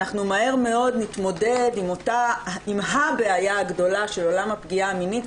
מהר מאוד נתמודד עם הבעיה הגדולה של עולם הפגיעה המינית,